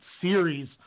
series